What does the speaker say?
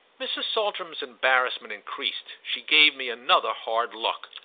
mrs. saltram's embarrassment increased she gave me another hard look.